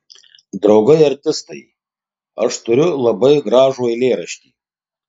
draugai artistai aš turiu labai gražų eilėraštį